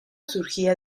surgía